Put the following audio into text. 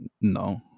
No